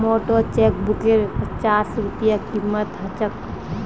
मोटे चेकबुकेर पच्चास रूपए कीमत ह छेक